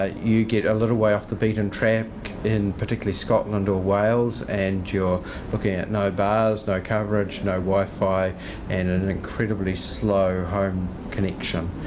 ah you get a little way off the beaten track in particularly scotland or wales and you're looking at no bars, no coverage, no wi-fi and an incredibly slow home connection,